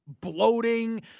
bloating